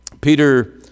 Peter